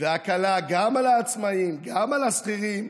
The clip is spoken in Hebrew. והקלה גם על העצמאים, גם על השכירים,